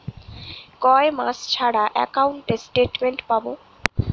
কয় মাস ছাড়া একাউন্টে স্টেটমেন্ট পাব?